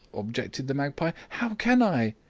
objected the magpie, how can i?